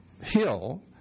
Hill